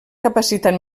capacitat